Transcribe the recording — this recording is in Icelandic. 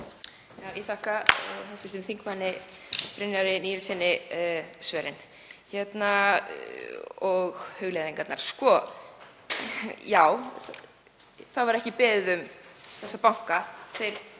það var ekki beðið um þessa banka,